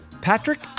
Patrick